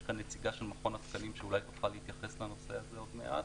יש כאן נציגה של מכון התקנים שאולי תוכל להתייחס לנושא הזה עוד מעט